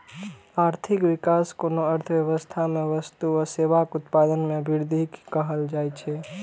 आर्थिक विकास कोनो अर्थव्यवस्था मे वस्तु आ सेवाक उत्पादन मे वृद्धि कें कहल जाइ छै